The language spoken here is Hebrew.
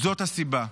זאת הסיבה.